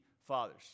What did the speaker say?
fathers